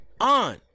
On